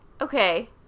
Okay